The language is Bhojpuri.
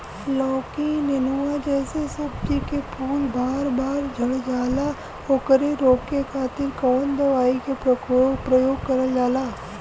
लौकी नेनुआ जैसे सब्जी के फूल बार बार झड़जाला ओकरा रोके खातीर कवन दवाई के प्रयोग करल जा?